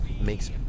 makes